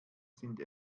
sind